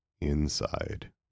inside